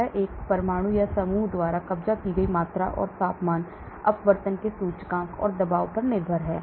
यह एक परमाणु या समूह द्वारा कब्जा की गई मात्रा है और तापमान अपवर्तन के सूचकांक और दबाव पर निर्भर है